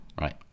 right